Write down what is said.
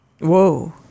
whoa